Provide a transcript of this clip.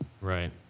right